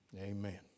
Amen